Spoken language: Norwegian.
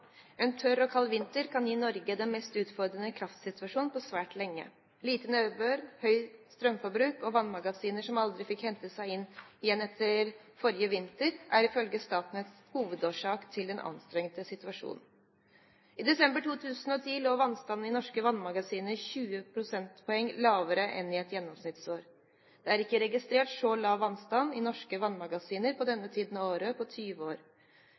En tørr og kald vinter kan gi Norge den mest utfordrende kraftsituasjonen på svært lenge. Lite nedbør, høyt strømforbruk og vannmagasiner som aldri fikk hentet seg inn igjen etter forrige vinter, er ifølge Statnett hovedårsaken til den anstrengte situasjonen. I desember 2010 lå vannstanden i norske vannmagasiner 20 prosentpoeng lavere enn i et gjennomsnittsår. Det er ikke registrert så lav vannstand i norske vannmagasiner på denne tiden av året på 20 år.